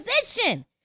position